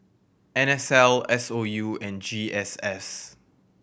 N S L S O U and G S S